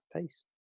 peace